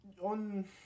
on